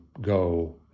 go